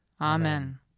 Amen